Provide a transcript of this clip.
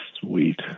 Sweet